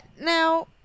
Now